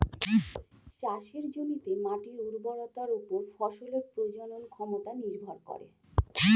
চাষের জমিতে মাটির উর্বরতার উপর ফসলের প্রজনন ক্ষমতা নির্ভর করে